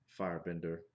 firebender